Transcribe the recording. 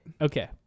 Okay